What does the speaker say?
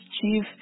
chief